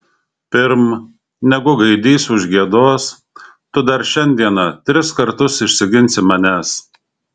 pirm negu gaidys užgiedos tu dar šiandieną tris kartus išsiginsi manęs